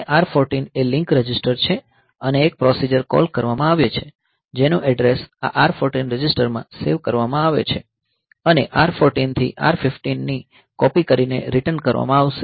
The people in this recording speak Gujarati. હવે R 14 એ લિંક રજિસ્ટર છે અને એક પ્રોસીજર કૉલ કરવામાં આવે છે જેનું એડ્રેસ આ R 14 રજિસ્ટરમાં સેવ કરવામાં આવે છે અને R 14 થી R 15 ની કૉપિ કરીને રિટર્ન કરવામાં આવશે